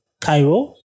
Cairo